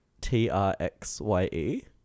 T-R-X-Y-E